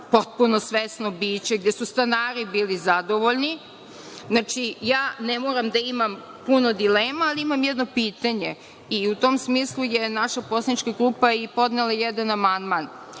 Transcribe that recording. potpuno svesno biće, gde su stanari bili zadovoljni. Ne moram da imam puno dilema, ali imam jedno pitanje, i u tom smislu je naša poslanička grupa i podnela jedan amandman.